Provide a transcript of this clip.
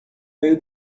meio